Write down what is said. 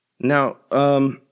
Now